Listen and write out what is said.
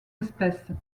espèces